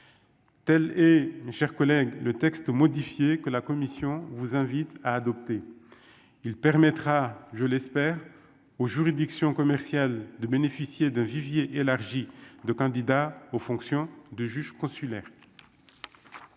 et mes chers collègues, le texte modifié que la commission vous invite à adopter, il permettra, je l'espère, aux juridictions commerciales de bénéficier d'un vivier élargi de candidats aux fonctions de juge consulaire.